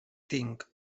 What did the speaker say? tinc